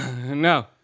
No